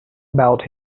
about